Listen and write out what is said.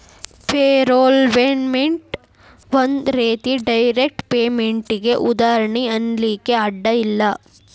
payroll payment ಒಂದ್ ರೇತಿ direct ಪೇಮೆನ್ಟಿಗೆ ಉದಾಹರ್ಣಿ ಅನ್ಲಿಕ್ಕೆ ಅಡ್ಡ ಇಲ್ಲ